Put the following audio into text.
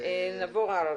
נעבור הלאה.